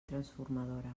transformadora